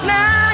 Now